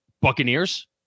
Buccaneers